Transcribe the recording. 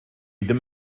ddim